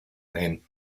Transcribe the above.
name